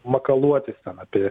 makaluotis apie